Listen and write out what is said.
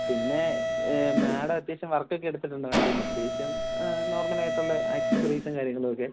പിന്നെ മാഡം അത്യാവശ്യം വർക്കൊക്കെ എടുത്തിട്ടുണ്ട് വണ്ടിയില് അത്യാവശ്യം നോർമലായിട്ടുള്ള അക്സസറീസും കാര്യങ്ങളും ഒക്കെ